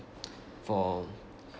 for